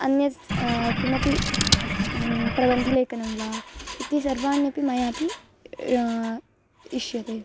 अन्यस्त किमपि प्रबन्धलेखनं वा इति सर्वाण्यपि मयापि इष्यते